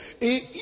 Et